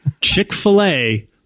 Chick-fil-A